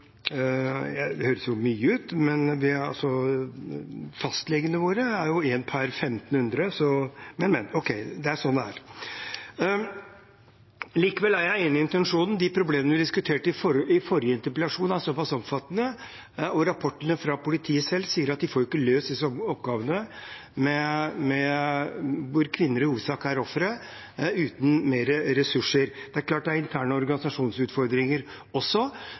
Men det er sånn det er. Likevel er jeg enig i intensjonen. De problemene vi diskuterte i forrige interpellasjon, er såpass omfattende, og i rapportene fra politiet selv sier de at de ikke får løst disse oppgavene, hvor kvinner i hovedsak er ofrene, uten mer ressurser. Det er klart at det også er interne organisasjonsutfordringer,